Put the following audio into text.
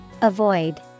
Avoid